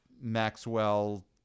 Maxwell